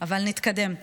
אבל נתקדם.